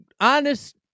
honest